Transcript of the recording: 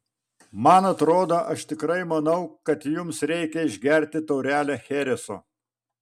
man atrodo aš tikrai manau kad jums reikia išgerti taurelę chereso